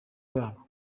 babo